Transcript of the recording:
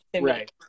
right